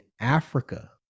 Africa